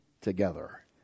together